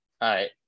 right